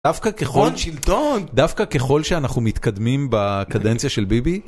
דווקא ככל שלטון, דווקא ככל שאנחנו מתקדמים בקדנציה של ביבי